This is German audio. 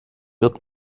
wird